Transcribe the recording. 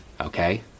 Okay